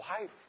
wife